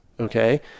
okay